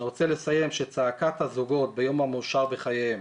אני רוצה לסיים בצעקת הזוגות ביום המאושר בחייהם,